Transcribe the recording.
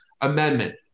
Amendment